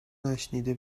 نشنیده